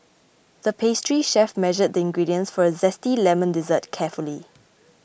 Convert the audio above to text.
the pastry chef measured the ingredients for a Zesty Lemon Dessert carefully